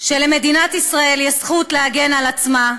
שלמדינת ישראל יש זכות להגן על עצמה.